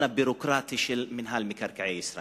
הביורוקרטי של מינהל מקרקעי ישראל.